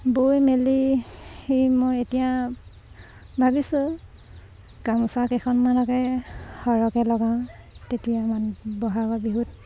বৈ মেলি মই এতিয়া ভাবিছোঁ গামোচা কেইখনমানকে সৰহকে লগাওঁ তেতিয়া মানে বহাগৰ বিহুত